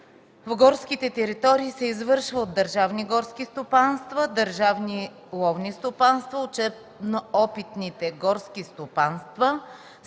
по горските територии се извършва от държавни горски стопанства, държавни ловни стопанства, учебно-опитни горски стопанства,